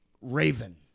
Raven